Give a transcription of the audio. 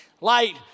Light